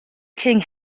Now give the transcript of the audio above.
king